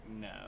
no